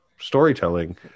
storytelling